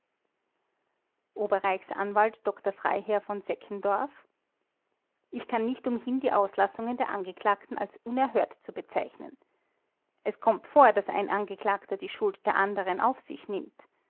oberreichsanwalt dr freiherr v seckendorf ich kann nicht umhin die auslassungen der angeklagten als unerhört zu bezeichnen es kommt vor daß ein angeklagter die schuld der andern auf sich nimmt